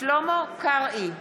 שלמה קרעי,